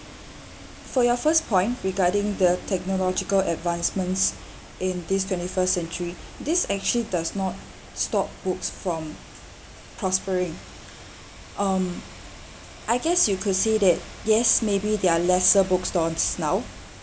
for your first point regarding the technological advancements in this twenty-first century this actually does not stop books from prospering um I guess you could say that yes maybe they're lesser bookstores now